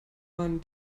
man